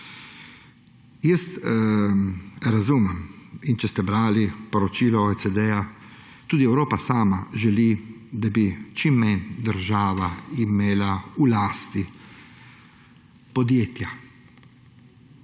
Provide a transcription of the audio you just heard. Jaz razumem in če ste brali poročilo OECD, tudi Evropa sama želi, da bi čim manj država imela v lasti podjetja